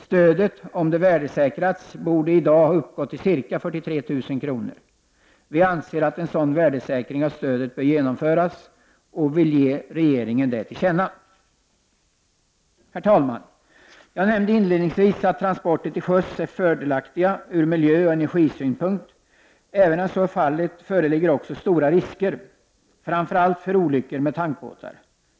Stödet borde, om det värdesäkrats, i dag ha uppgått till ca 43 000 kr. Vi anser att en sådan värdesäkring av stödet bör genomföras och vill ge regeringen detta till känna. Herr talman! Jag nämnde inledningsvis att transporter till sjöss är fördelaktiga ur miljöoch energisynpunkt. Även om så är fallet föreligger också stora risker, framför allt för olyckor med tankbåtar.